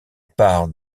part